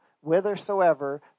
whithersoever